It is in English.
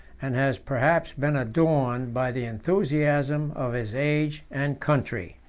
and has perhaps been adorned, by the enthusiasm of his age and country.